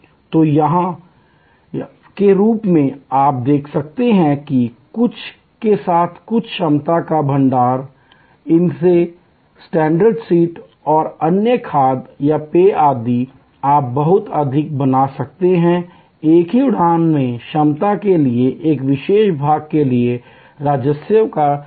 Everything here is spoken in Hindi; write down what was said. तो वहाँ के रूप में आप देख सकते हैं कुछ के साथ कुछ क्षमता का भंडारण करके स्ट्रेचेबल सीट और अन्य खाद्य और पेय सेवा आदि आप बहुत अधिक बना सकते हैं एक ही उड़ान में क्षमता के एक विशेष भाग के लिए राजस्व का स्तर